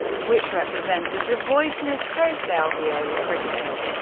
which represented the voiceless postalveolar fricative.